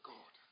God